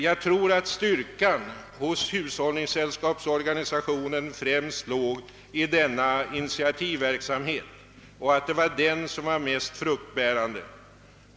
Jag tror att styrkan hos hushållningssällskapsorganisationen främst låg i denna initiativverksamhet och att den var det mest fruktbärande.